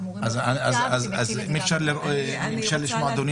אמורים לקבל צו --- אדוני היושב-ראש,